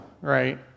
right